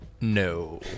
No